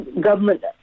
government